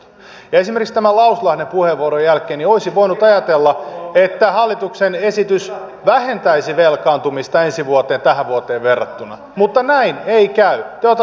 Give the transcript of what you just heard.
esimerkiksi tämän lauslahden puheenvuoron jälkeen olisin voinut ajatella että hallituksen esitys vähentäisi velkaantumista ensi vuonna tähän vuoteen verrattuna mutta näin ei käy te otatte lisää velkaa